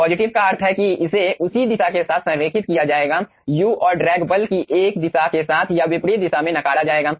positive का अर्थ है कि इसे उसी दिशा के साथ संरेखित किया जाएगा u और ड्रैग बल कि एक दिशा के साथ या विपरीत दिशा में नकारा जाएगा